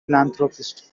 philanthropist